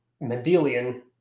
Mendelian